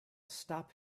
stop